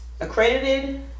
accredited